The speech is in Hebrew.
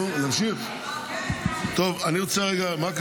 מה קרה?